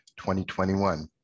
2021